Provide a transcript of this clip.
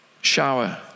Shower